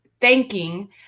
thanking